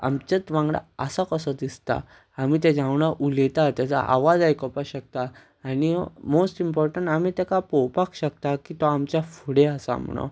आमचेच वांगडा आसा कसो दिसता आमी तेज्या वांगडा उलयता तेजो आवाज आयकोपा शकता आनी मोस्ट इम्पोर्टंट आमी तेका पोवपाक शकता की तो आमच्या फुडें आसा म्हुणोन